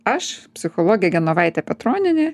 aš psichologė genovaitė petronienė